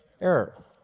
error